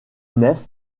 nef